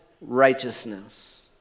righteousness